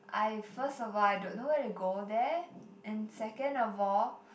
I first of all I don't know where to go there and second of all